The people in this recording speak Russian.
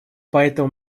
поэтому